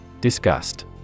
Disgust